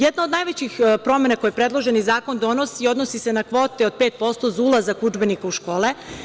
Jedna od najvećih promena koje predloženi zakon donosi jesu kvote od 5% za ulazak udžbenika u škole.